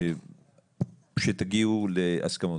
שתגיעו להסכמות.